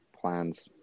plans